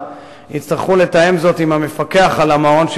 יצטרכו לתאם זאת עם המפקח על המעון,